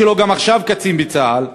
גם הבן שלו עכשיו קצין בצה"ל.